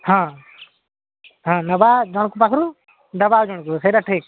ହଁ ହଁ ନେବା ଜଣଙ୍କ ପାଖରୁ ଦେବା ଆଉ ଜଣଙ୍କୁ ସେଇଟା ଠିକ୍